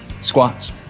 squats